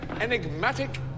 enigmatic